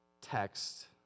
text